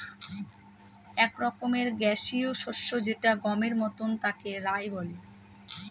এক রকমের গ্যাসীয় শস্য যেটা গমের মতন তাকে রায় বলে